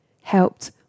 helped